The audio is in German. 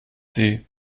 sie